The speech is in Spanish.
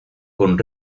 con